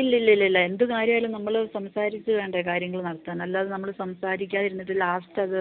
ഇല്ലില്ലല്ലല്ല എന്തു കാര്യമായാലും നമ്മള് സംസാരിച്ചു വേണ്ടേ കാര്യങ്ങള് നടത്താൻ അല്ലാതെ നമ്മള് സംസാരിക്കാതെയിരുന്നിട്ട് ലാസ്റ്റ് അത്